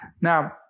Now